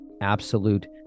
absolute